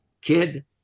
kid